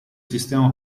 sistema